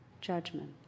judgment